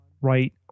right